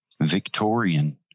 Victorian